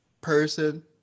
person